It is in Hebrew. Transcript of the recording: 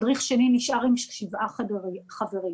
מדריך שני נשאר עם שבעה חברים.